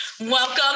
Welcome